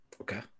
Okay